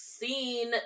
seen